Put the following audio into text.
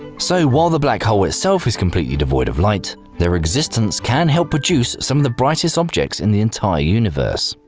so, while the black hole itself is completely devoid of light, their existence can help produce some of the brightest objects in the entire universe.